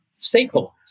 stakeholders